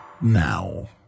now